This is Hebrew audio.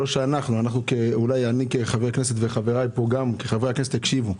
אולי אני וחבריי כחברי הכנסת הקשיבו.